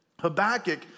Habakkuk